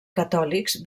catòlics